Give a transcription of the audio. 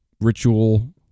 ritual